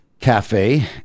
cafe